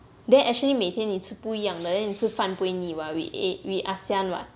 then actually 每天你吃不一样的 then 你吃饭不会腻 [what] we asian [what]